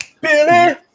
Billy